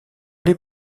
les